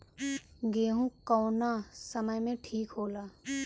गेहू कौना समय मे ठिक होला?